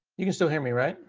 you can still hear me, right?